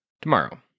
tomorrow